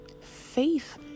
faith